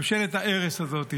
ממשלת ההרס הזאת.